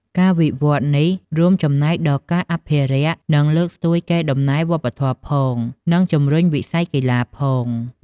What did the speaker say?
ការវិវឌ្ឍនេះរួមចំណែកដល់ការអភិរក្ស និងលើកស្ទួយកេរដំណែលវប្បធម៌ផង និងជំរុញវិស័យកីឡាផង។